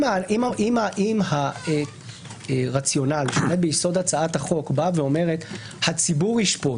אם הרציונל שעומד ביסוד הצעת החוק אומר שהציבור ישפוט,